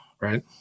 right